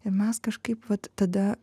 ir mes kažkaip vat tada